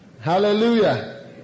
Hallelujah